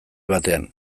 batean